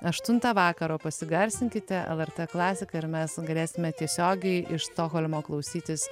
aštuntą vakaro pasigarsinkite lrt klasiką ir mes galėsime tiesiogiai iš stokholmo klausytis